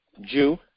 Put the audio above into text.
Jew